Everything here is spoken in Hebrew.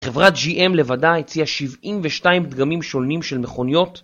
חברת GM לבדה הציעה 72 דגמים שונים של מכוניות